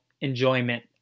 enjoyment